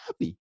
happy